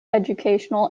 educational